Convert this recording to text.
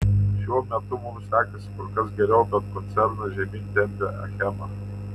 šiuo metu mums sekasi kur kas geriau bet koncerną žemyn tempia achema